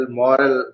moral